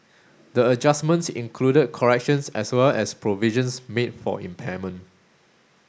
the adjustments included corrections as well as provisions made for impairment